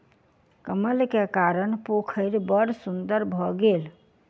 कमल के कारण पोखैर बड़ सुन्दर भअ गेल